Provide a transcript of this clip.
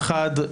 האחד,